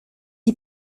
die